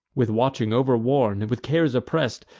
with watching overworn, with cares oppress'd,